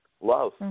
love